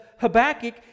Habakkuk